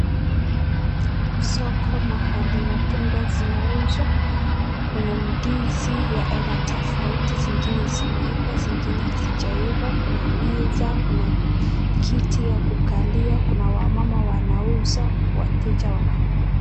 Soko mahali matunda zinauzwa kuna ndizi za aina tofauti zingine zimeiva zingine hazijaiva kuna meza , kuna kiti ya kukalia , kuna wamama wanauza wateja wananunua .